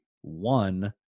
one